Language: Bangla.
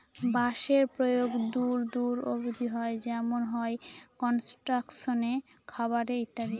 বাঁশের প্রয়োগ দূর দূর অব্দি হয় যেমন হয় কনস্ট্রাকশনে, খাবারে ইত্যাদি